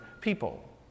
people